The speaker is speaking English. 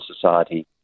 society